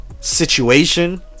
situation